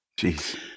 Jeez